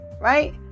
Right